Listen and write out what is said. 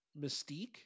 mystique